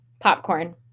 Popcorn